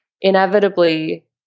inevitably